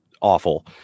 Awful